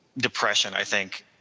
depression i think,